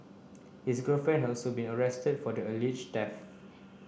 his girlfriend had also been arrested for the alleged theft